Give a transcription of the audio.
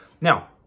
Now